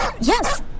Yes